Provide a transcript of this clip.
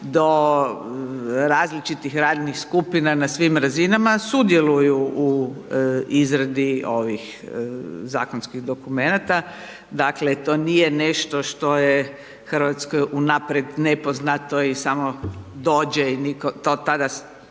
do različitih radnih skupina na svim razinama sudjeluju u izradi ovih zakonskih dokumenata dakle to nije nešto što je Hrvatskoj unaprijed nepoznato i samo dođe i nitko